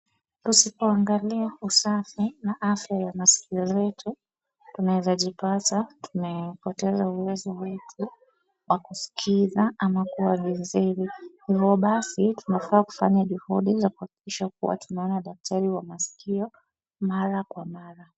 Tusipoangalia usafi na afya ya masikio yetu, tunaweza jipata tumepoteza uwezo wetu wa kusikiza ama kuwa viziwi. Hivyo basi tunafaa kufanya juhudi za kuhakikisha kuwa tunaona daktari wa masikio mara kwa mara.